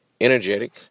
energetic